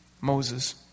Moses